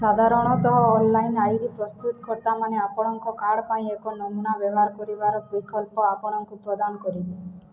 ସାଧାରଣତଃ online ID ପ୍ରସ୍ତୁତକର୍ତ୍ତାମାନେ ଆପଣଙ୍କ କାର୍ଡ଼ ପାଇଁ ଏକ ନମୁନା ବ୍ୟବହାର କରିବାର ବିକଳ୍ପ ଆପଣଙ୍କୁ ପ୍ରଦାନ କରିବେ